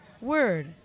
Word